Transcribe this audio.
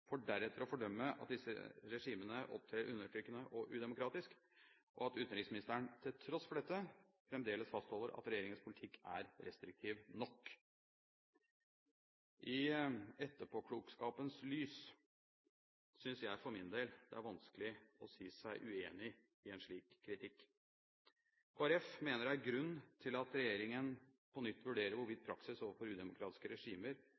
for deretter å fordømme at disse regimene opptrer undertrykkende og udemokratisk, og at utenriksministeren til tross for dette fremdeles fastholder at regjeringens politikk er restriktiv nok. I etterpåklokskapens lys synes jeg for min del det er vanskelig å si seg uenig i en slik kritikk. Kristelig Folkeparti mener det er grunn til at regjeringen på nytt vurderer hvorvidt praksis overfor udemokratiske regimer